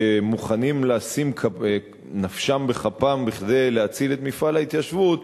שמוכנים לשים את נפשם בכפם כדי להציל את מפעל ההתיישבות,